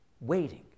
waiting